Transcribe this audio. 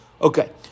Okay